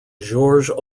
georges